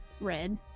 red